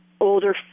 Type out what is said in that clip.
older